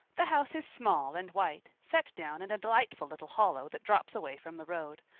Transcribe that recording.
the house is small and white, set down in a delightful little hollow that drops away from the road.